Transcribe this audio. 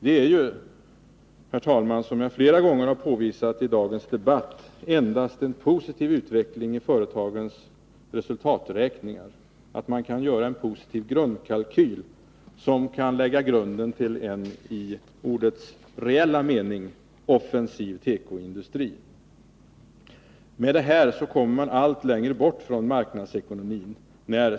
Det är, herr talman, som jag flera gånger har påvisat i dagens debatt, endast en positiv utveckling av företagens resultaträkningar, att man kan göra en positiv grundkalkyl, som kan lägga grunden till en i ordets reella mening offensiv tekoindustri. Med detta förslag kommer man allt längre bort från marknadsekonomin.